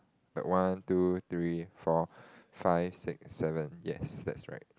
one two three four five six seven yes that's right